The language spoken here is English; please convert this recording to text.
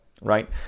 right